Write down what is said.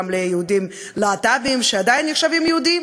גם ליהודים להט"בים שעדיין נחשבים יהודים,